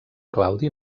claudi